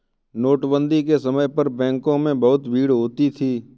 नोटबंदी के समय पर बैंकों में बहुत भीड़ होती थी